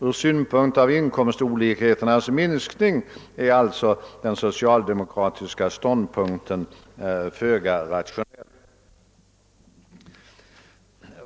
Ur synpunkten av inkomstolikheternas minskning är alltså den socialdemokratiska ståndpunkten föga rationell.